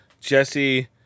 Jesse